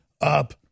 up